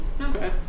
Okay